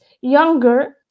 younger